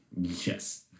Yes